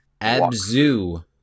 Abzu